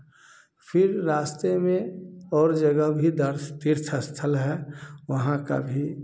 फिर रास्ते में और जगह भी दार्श तीर्थस्थल है वहाँ का भी